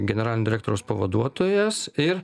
generalinio direktoriaus pavaduotojas ir